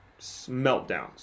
meltdowns